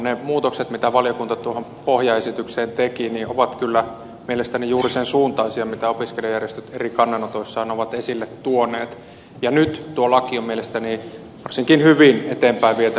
ne muutokset mitä valiokunta tuohon pohjaesitykseen teki ovat kyllä mielestäni juuri sen suuntaisia mitä opiskelijajärjestöt eri kannanotoissaan ovat esille tuoneet ja nyt tuo laki on mielestäni varsin hyvin eteenpäin vietävissä